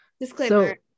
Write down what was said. Disclaimer